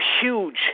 huge